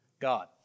God